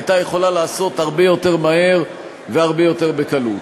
הייתה יכולה לעשות אותם הרבה יותר מהר והרבה יותר בקלות.